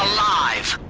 five,